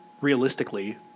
realistically